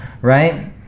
right